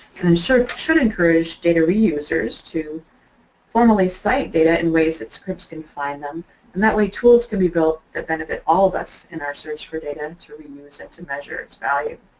should encourage data reusers to formally cite data in ways that scripts can find them and that way tools can be built the benefit all of us in our search for data to reuse and to measure its value.